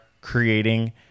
creating